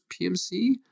PMC